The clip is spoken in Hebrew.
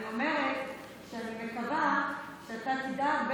אני אומרת שאני מקווה שאתה תדאג,